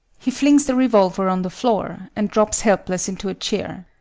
he flings the revolver on the floor, and drops helpless into a chair.